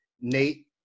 Nate